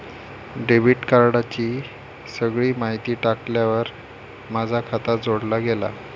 debit कार्डाची सगळी माहिती टाकल्यार माझा खाता जोडला गेला